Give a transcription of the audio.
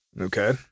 Okay